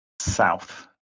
south